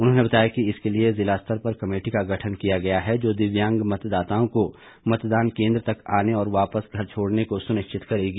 उन्होंने बताया कि इसके लिए जिला स्तर पर कमेटी का गठन किया गया है जो दिव्यांग मतदाताओं को मतदान केन्द्र तक आने और वापस घर छोड़ने को सुनिश्चित करेगी